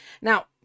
Now